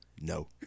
no